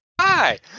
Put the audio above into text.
Hi